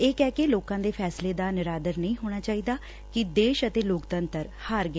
ਇਹ ਕਹਿ ਕੇ ਲੋਕਾ ਦੇ ਫੈਸਲੇ ਦਾ ਨਿਰਾਦਰ ਨਹੀ ਹੋਣਾ ਚਾਹੀਦਾ ਕਿ ਦੇਸ਼ ਅਤੇ ਲੋਕਤੰਤਰ ਹਾਰ ਗਿਆ